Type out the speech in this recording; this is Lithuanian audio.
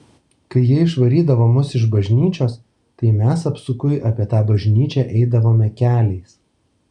kai jie išvarydavo mus iš bažnyčios tai mes apsukui apie tą bažnyčią eidavome keliais